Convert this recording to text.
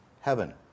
heaven